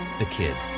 the kid.